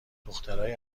دخترای